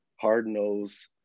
hard-nosed